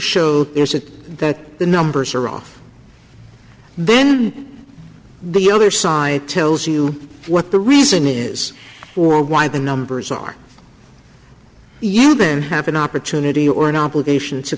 is it that the numbers are off then the other side tells you what the reason is or why the numbers are even half an opportunity or an obligation to